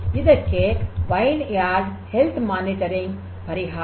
ಇದಕ್ಕೆ vineyard health monitoring ಪರಿಹಾರ